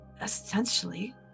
Essentially